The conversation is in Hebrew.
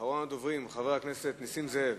אחרון הדוברים, חבר הכנסת נסים זאב,